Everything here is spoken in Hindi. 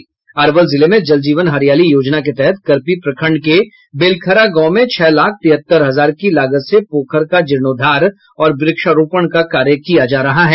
अरवल जिले में जल जीवन हरियाली योजना के तहत करपी प्रखंड के बेलखरा गांव में छह लाख तिहत्तर हजार की लागत से पोखर का जीर्णोद्धार और व्क्षारोपण का कार्य किया जा रहा है